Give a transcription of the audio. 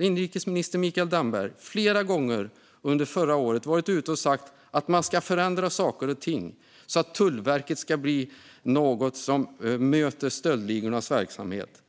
Inrikesminister Mikael Damberg var under förra året flera gånger ute och sa att man ska förändra saker och ting så att Tullverket ska bli något som möter stöldligornas verksamhet.